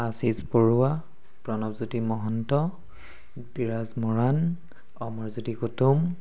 Ashis Barua Pranabjyoti Mahanta Biraj Moran Amarjyoti Kutum